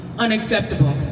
unacceptable